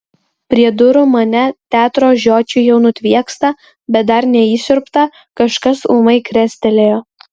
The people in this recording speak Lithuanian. prie durų mane teatro žiočių jau nutviekstą bet dar neįsiurbtą kažkas ūmai krestelėjo